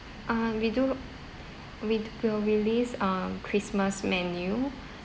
uh we do we'd we'll release uh christmas menu